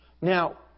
Now